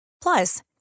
Plus